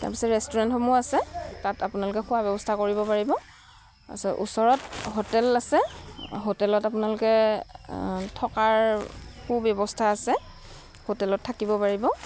তাৰ পিছত ৰেষ্টুৰেণ্টসমূহ আছে তাত আপোনালোকে খোৱা ব্যৱস্থা কৰিব পাৰিব তাৰ পিছত ওচৰত হোটেল আছে হোটেলত আপোনালোকে থকাৰ সু ব্যৱস্থা আছে হোটেলত থাকিব পাৰিব